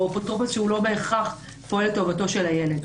או אפוטרופוס שלא בהכרח פועל לטובתו של הילד.